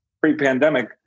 pre-pandemic